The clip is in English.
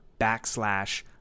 backslash